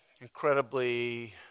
Incredibly